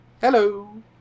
hello